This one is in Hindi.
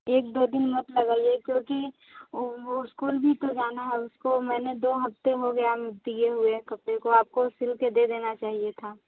एक दो दिन मत लगाइए क्योंकि वो स्कूल भी तो जाना है उसको मैंने दो हफ्ते हो गया दिए हुए कपड़े को आपको सिल के दे देना चाहिए था